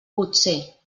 potser